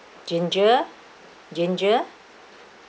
ginger ginger